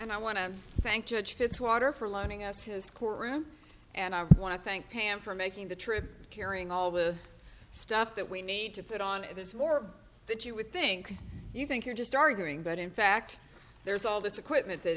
and i want to thank judge fitzwater for loaning us his courtroom and i want to thank pam for making the trip and carrying all the stuff that we need to put on it is more that you would think you think you're just arguing but in fact there's all this equipment that